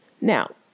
Now